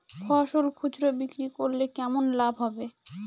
ফসল খুচরো বিক্রি করলে কেমন লাভ হবে?